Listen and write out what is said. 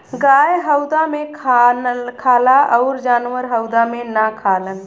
गाय हउदा मे खाला अउर जानवर हउदा मे ना खालन